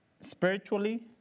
spiritually